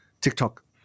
TikTok